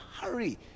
hurry